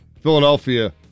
Philadelphia